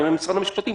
משרד המשפטים,